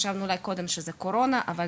חשבנו שאולי העלייה קשורה בקורונה אבל